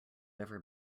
ever